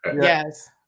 Yes